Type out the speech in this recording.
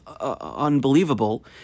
unbelievable